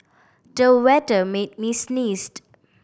the weather made me sneezed